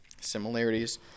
similarities